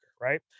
right